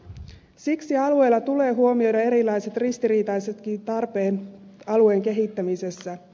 siksi alueella tulee huomioida erilaiset ristiriitaisetkin tarpeet alueen kehittämisessä